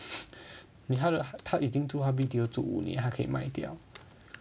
你她的她已经住她 B_T_O 住五年她可以卖掉